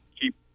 keep